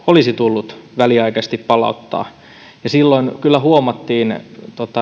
olisi tullut väliaikaisesti palauttaa silloin kyllä huomattiin